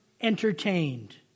entertained